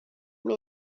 منو